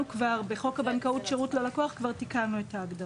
כבר בחוק הבנקאות שירות ללקוח את ההגדרה.